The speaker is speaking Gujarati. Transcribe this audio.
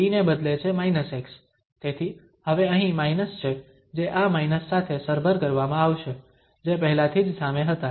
t ને બદલે છે −x તેથી હવે અહીં માઇનસ છે જે આ માઇનસ સાથે સરભર કરવામાં આવશે જે પહેલાથી જ સામે હતા